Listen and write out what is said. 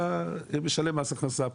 אתה משלם מס הכנסה פה.